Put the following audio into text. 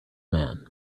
man